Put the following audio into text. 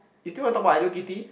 you still want talk about Hello-Kitty